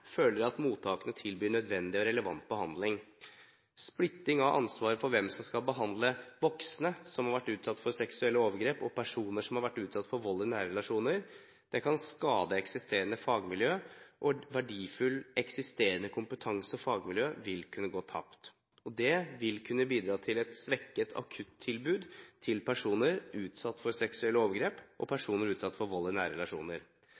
føler at mottakene tilbyr nødvendig og relevant behandling. Splitting av ansvaret for hvem som skal behandle voksne som har vært utsatt for seksuelle overgrep, og personer som har vært utsatt for vold i nære relasjoner, kan skade eksisterende fagmiljøer, og verdifull eksisterende kompetanse og fagmiljøer vil kunne gå tapt. Det vil kunne bidra til et svekket akuttilbud til personer utsatt for seksuelle overgrep og